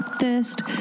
thirst